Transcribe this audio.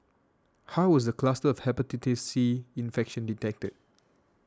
how was the cluster of Hepatitis C infection detected